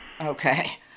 okay